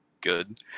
good